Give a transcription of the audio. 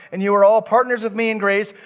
and you are all partners with me in grace,